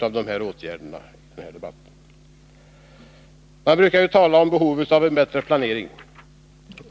av dessa åtgärder. Man brukar tala om behovet av bättre planering.